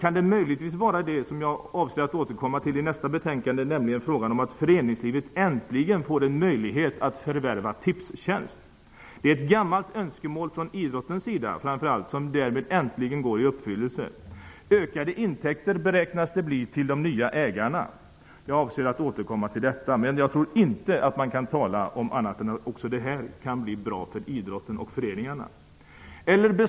Kan det möjligtvis vara det som jag avser att återkomma till i debatten om finansutskottets betänkande FiU24, nämligen frågan om ifall svenskt föreningsliv äntligen skall få möjlighet att förvärva AB Tipstjänst, som det består i. Det är ett gammalt önskemål från framför allt idrottens sida som därmed äntligen går i uppfyllelse. Ökade intäkter beräknas det att bli till de nya ägarna. Jag avser att återkomma till detta. Man jag tror inte att man kan tala om annat än att också detta kan bli något bra för idrotten och för föreningarna.